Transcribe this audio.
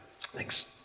Thanks